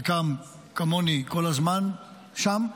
חלקם כמוני, כל הזמן שם.